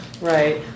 Right